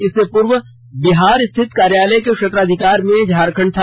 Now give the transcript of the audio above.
इससे पूर्व बिहार स्थित कार्यालय के क्षेत्राधिकार में झारखंड था